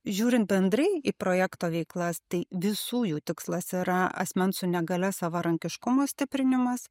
žiūrint bendrai į projekto veiklas tai visų jų tikslas yra asmens su negalia savarankiškumo stiprinimas